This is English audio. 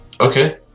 Okay